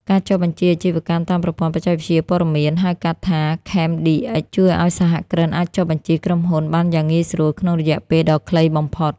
ការចុះបញ្ជីអាជីវកម្មតាមប្រព័ន្ធបច្ចេកវិទ្យាព័ត៌មាន (ហៅកាត់ថា CamDX) ជួយឱ្យសហគ្រិនអាចចុះបញ្ជីក្រុមហ៊ុនបានយ៉ាងងាយស្រួលក្នុងរយៈពេលដ៏ខ្លីបំផុត។